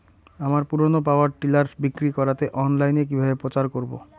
আমার পুরনো power tiller বিক্রি করাতে অনলাইনে কিভাবে প্রচার করব?